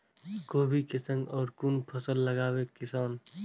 कोबी कै संग और कुन फसल लगावे किसान?